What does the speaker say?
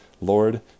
Lord